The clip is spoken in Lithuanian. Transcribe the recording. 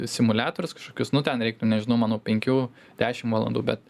simuliatorius kažkokius nu ten reiktų nežinau manau penkių dešim valandų bet